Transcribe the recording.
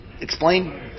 Explain